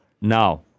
Now